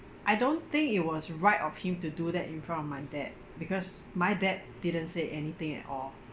I don't think it was right of him to do that in front of my dad because my dad didn't say anything at all